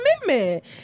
commitment